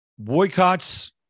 Boycotts